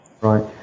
Right